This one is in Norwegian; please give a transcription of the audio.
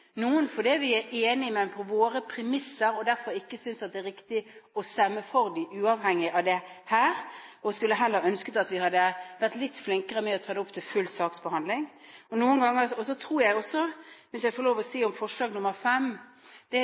noen fordi vi ikke er enige i dem. Noen av forslagene er vi enig i, men på våre premisser, og vi synes derfor ikke at det er riktig å stemme for dem uavhengig av premissene. Vi skulle heller ønske at man hadde vært litt flinkere med hensyn til å ta dem opp til full saksbehandling. Så til forslag nr. 5: Det er en stund til vi får oljeinntektene fra Avaldsnes, og jeg